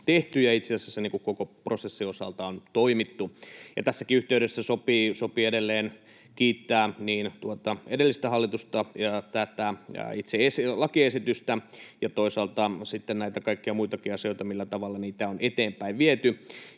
ja itse asiassa koko prosessin osalta on toimittu. Ja tässäkin yhteydessä sopii edelleen kiittää niin edellistä hallitusta kuin tätä itse lakiesitystä ja toisaalta sitten näitä kaikkia muitakin asioita, millä tavalla niitä on eteenpäin viety.